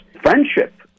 friendship